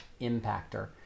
impactor